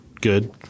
Good